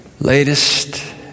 latest